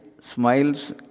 smiles